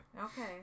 Okay